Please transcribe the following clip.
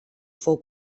fou